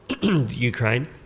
Ukraine